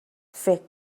فکر